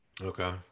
Okay